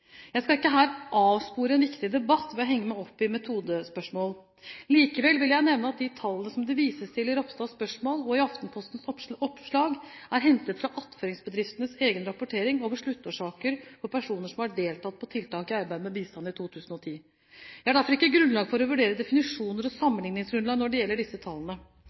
Jeg skal ikke her avspore en viktig debatt ved å henge meg opp i metodespørsmål. Likevel vil jeg nevne at de tallene som det vises til i Ropstads spørsmål og i Aftenpostens oppslag, er hentet fra attføringsbedriftenes egen rapportering over sluttårsaker for personer som har deltatt på tiltaket «Arbeid med bistand» i 2010. Jeg har derfor ikke grunnlag for å vurdere definisjoner og sammenlikningsgrunnlag når det gjelder disse tallene.